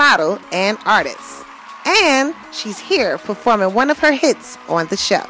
model and artist and she's here performing one of her hits on the show